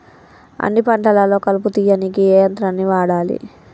అన్ని పంటలలో కలుపు తీయనీకి ఏ యంత్రాన్ని వాడాలే?